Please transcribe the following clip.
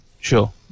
Sure